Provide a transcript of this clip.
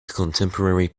contemporary